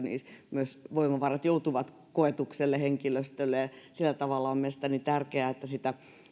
myös voimavarat joutuvat koetukselle henkilöstöllä sillä tavalla on mielestäni tärkeää että se